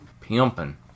pimping